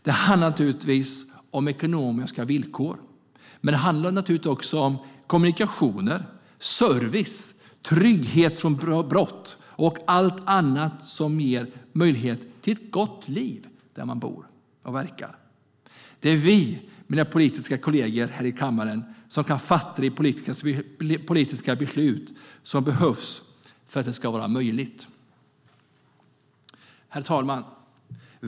Det handlar om ekonomiska villkor, och det handlar naturligtvis också om kommunikationer, service, trygghet från att utsättas för brott och allt annat som ger ett gott liv där man bor och verkar. Det är vi, mina politiska kollegor i kammaren, som kan fatta de politiska beslut som behövs för att detta ska vara möjligt. Herr talman!